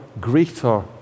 greater